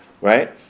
right